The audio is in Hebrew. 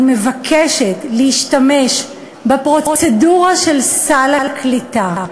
אני מבקשת להשתמש בפרוצדורה של סל הקליטה,